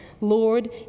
Lord